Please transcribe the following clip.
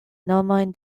nomojn